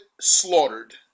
slaughtered